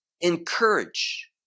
encourage